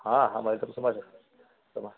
हाँ हम